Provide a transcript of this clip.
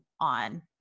on